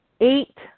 eight